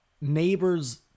neighbor's